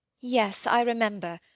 yes, i remember.